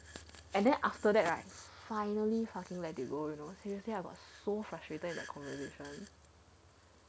and then after that I finally fucking let it go you know seriously I was so frustrated with that conversation